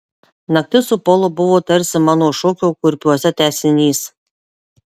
naktis su polu buvo tarsi mano šokio kurpiuose tęsinys